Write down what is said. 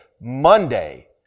Monday